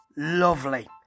Lovely